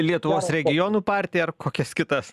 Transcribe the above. lietuvos regionų partiją ar kokias kitas